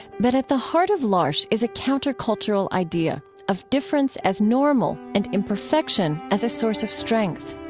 but at the heart of l'arche is a countercultural idea of difference as normal and imperfection as a source of strength